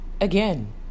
Again